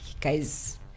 guys